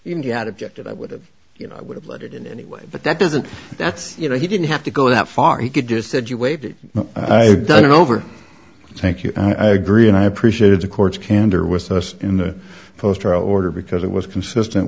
know i would have let it in anyway but that doesn't that's you know he didn't have to go that far he could just said you waive it i've done over thank you i agree and i appreciated the court's candor with us in the post i order because it was consistent